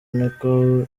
niko